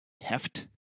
heft